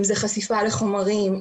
אם זה חשיפה לחומרים,